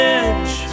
edge